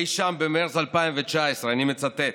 אי שם במרץ 2019, אני מצטט: